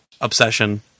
obsession